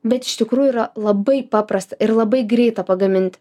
bet iš tikrųjų yra labai paprasta ir labai greita pagaminti